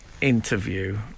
interview